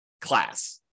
class